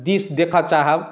दिश देखय चाहब